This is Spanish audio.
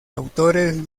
autores